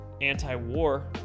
anti-war